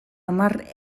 hamar